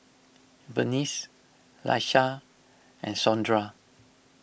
Venice Laisha and Sondra